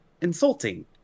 insulting